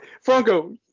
franco